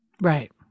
Right